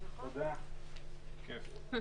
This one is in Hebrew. הישיבה